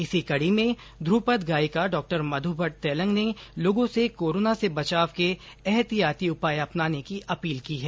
इसी कड़ी में ध्रपद गायिका डॉ मध्य भट्ट तैलंग ने लोगों से कोरोना से बचाव के एतिहाती उपाय अपनाने की अपील की है